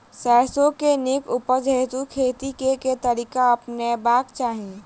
सैरसो केँ नीक उपज हेतु खेती केँ केँ तरीका अपनेबाक चाहि?